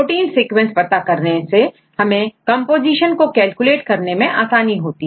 protein sequence पता करने से हमें कंपोजीशन को कैलकुलेट करने में आसानी होती है